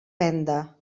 venda